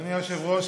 אדוני היושב-ראש,